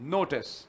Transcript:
Notice